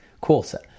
quarter